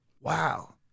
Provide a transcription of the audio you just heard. Wow